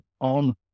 on